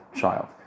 child